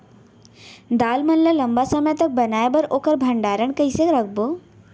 दाल मन ल लम्बा समय तक बनाये बर ओखर भण्डारण कइसे रखबो?